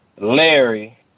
Larry